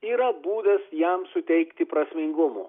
yra būdas jam suteikti prasmingumo